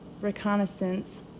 reconnaissance